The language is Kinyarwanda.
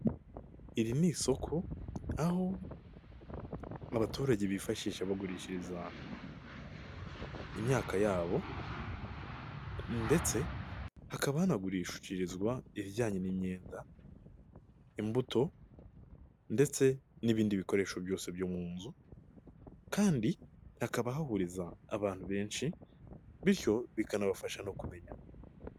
Iri ni isoko aho abaturage bifashisha bagurishiriza imyaka yabo ndetse hakaba hanagurishishirizwa ibijyanye n'imyenda, imbuto ndetse n'ibindi bikoresho byose byo mu nzu kandi hakaba hahuriza abantu benshi bityo bikanabafasha no kumenyana.